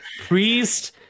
priest